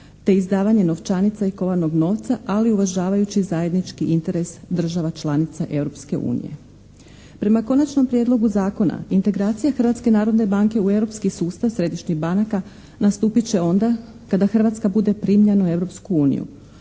te izdavanje novčanica i kovanog novca ali uvažavajući zajednički interes država članica Europske unije. Prema Konačnom prijedlogu zakona integracija Hrvatske narodne banke u europski sustav središnjih banaka nastupit će onda kada Hrvatska bude primljena u